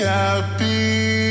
happy